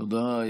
תודה.